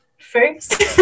first